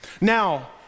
Now